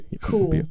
cool